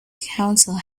council